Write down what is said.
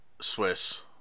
swiss